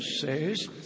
says